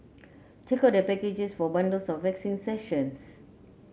check out their packages for bundles of waxing sessions